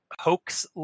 hoax